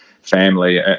family